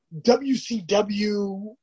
WCW